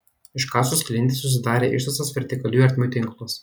iškasus klintis susidarė ištisas vertikalių ertmių tinklas